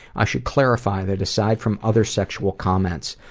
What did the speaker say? i should clarify, that aside from other sexual comments,